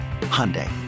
Hyundai